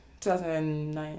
2009